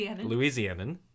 Louisianan